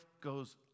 goes